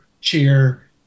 cheer